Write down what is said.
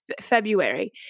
February